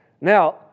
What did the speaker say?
Now